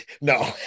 No